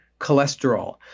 cholesterol